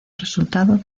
resultado